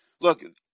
look